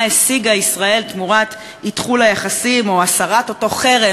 השיגה ישראל תמורת אתחול היחסים או הסרת אותו חרם